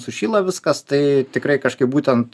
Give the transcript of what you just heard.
sušyla viskas tai tikrai kažkaip būtent